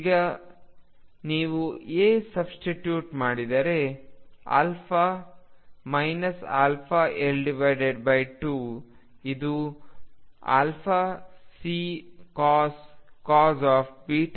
ಈಗ ನೀವು A substitute ಮಾಡಿದರೆ αL2 ಇದು αCcos βL2 ಆಗುತ್ತದೆ